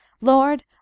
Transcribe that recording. Lord